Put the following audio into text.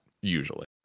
usually